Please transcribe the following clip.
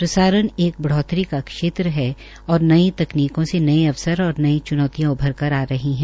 प्रसारण एक बढ़ोतरी का क्षेत्र है और नई तकनीक से नये अवसर और नये च्नौतियां उभर कर आ रही है